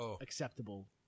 acceptable